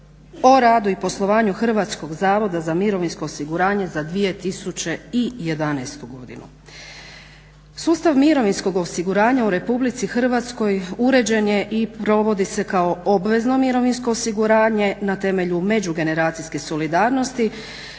o radu i poslovanju Hrvatskog zavoda za mirovinsko osiguranje za 2011. godinu. Sustav mirovinskog osiguranja u RH uređen je i provodi se kao obvezno mirovinsko osiguranje na temelju međugeneracijske solidarnosti